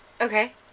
Okay